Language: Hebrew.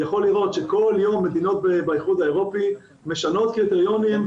יכול לראות שכל יום מדינות באיחוד האירופי משנות קריטריונים,